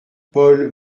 paul